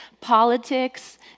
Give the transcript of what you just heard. politics